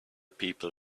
people